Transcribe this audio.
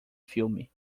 filme